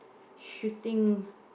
shooting